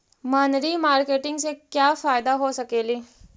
मनरी मारकेटिग से क्या फायदा हो सकेली?